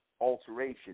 alteration